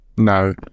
No